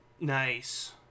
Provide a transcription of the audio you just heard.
Nice